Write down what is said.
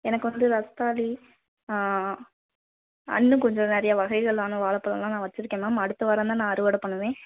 எனக்கு வந்து ரஸ்தாளி ஆ இன்னும் கொஞ்சம் நிறையா வகைகளான வாழைப் பழம்லாம் நான் வச்சுருக்கேன் மேம் அடுத்த வாரம் தான் நான் அறுவடை பண்ணுவேன்